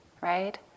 right